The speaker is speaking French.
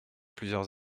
plusieurs